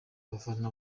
abafana